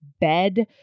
bed